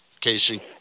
Casey